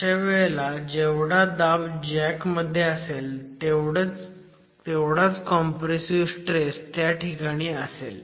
अशा वेळेला जेवढा दाब जॅक मध्ये असेल तेवढाच कॉम्प्रेसिव्ह स्ट्रेस त्या ठिकाणी असेल